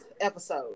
episode